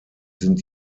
sind